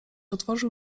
otworzył